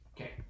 Okay